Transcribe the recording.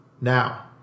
Now